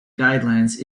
guidelines